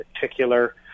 particular